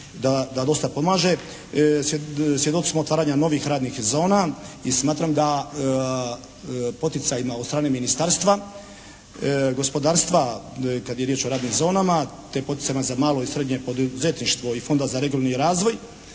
da dosta pomaže. Svjedoci smo otvaranja novih radnih zona i smatram da poticajima od strane Ministarstva gospodarstva kad je riječ o radnim zonama te poticajima za malo i srednje poduzetništvo i Fonda za regionalni razvoj